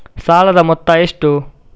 ಸಾಲದ ಮೊತ್ತ ಎಷ್ಟು?